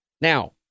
Now